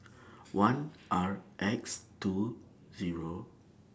one R X two Zero